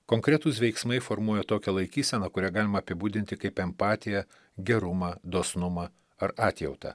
konkretūs veiksmai formuoja tokią laikyseną kurią galima apibūdinti kaip empatiją gerumą dosnumą ar atjautą